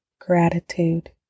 Gratitude